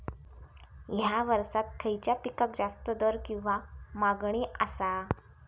हया वर्सात खइच्या पिकाक जास्त दर किंवा मागणी आसा?